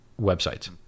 websites